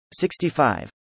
65